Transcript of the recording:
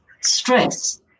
stress